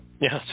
Yes